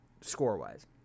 score-wise